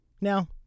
Now